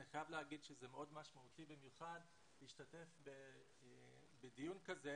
אני חייב לומר שזה מאוד משמעותי להשתתף בדיון כזה